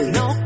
no